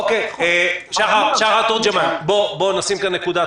--- שחר תורג'מן, בוא נשים כאן נקודה.